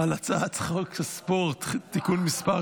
על הצעת חוק הספורט (תיקון מס'